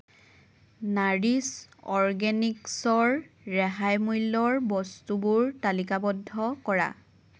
Nourish অৰ্গেনিকছৰ ৰেহাই মূল্যৰ বস্তুবোৰ তালিকাবদ্ধ কৰা